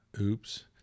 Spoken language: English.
Oops